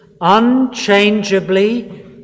unchangeably